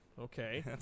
okay